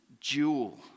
jewel